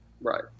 Right